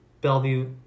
Bellevue